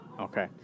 Okay